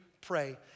pray